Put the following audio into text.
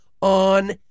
on